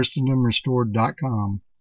ChristendomRestored.com